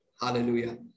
Hallelujah